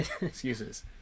Excuses